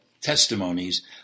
testimonies